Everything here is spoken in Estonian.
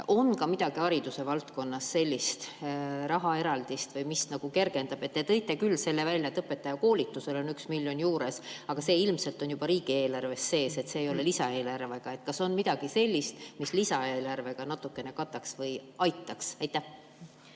on midagi ka hariduse valdkonnas, mingit rahaeraldist, mis [olukorda] kergendab? Te tõite küll välja, et õpetajakoolitusel on 1 miljon juures, aga see ilmselt on juba riigieelarves sees, see ei tule lisaeelarvega. Kas on midagi sellist, mis lisaeelarvest natukene kataks või siin aitaks? Aitäh!